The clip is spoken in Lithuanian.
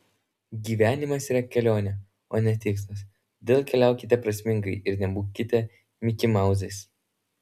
gyvenimas yra kelionė o ne tikslas todėl keliaukite prasmingai ir nebūkite mikimauzais